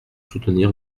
soutenir